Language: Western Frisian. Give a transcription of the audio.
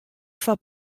foar